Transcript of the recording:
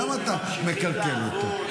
למה אתה מקלקל אותו?